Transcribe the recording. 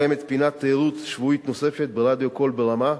קיימת פינת תיירות שבועית נוספת ברדיו "קול ברמה",